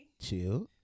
Chill